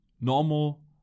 normal